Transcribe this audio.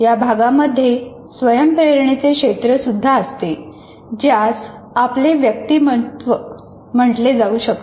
या भागामध्ये स्वयंप्रेरणेचे क्षेत्र सुद्धा असते ज्यास आपले व्यक्तिमत्व म्हटले जाऊ शकते